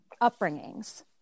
upbringings